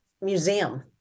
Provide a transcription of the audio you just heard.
museum